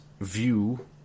view